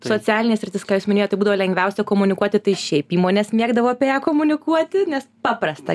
socialinė sritis ką jūs minėjot tai būdavo lengviausia komunikuoti tai šiaip įmonės mėgdavo apie ją komunikuoti nes paprasta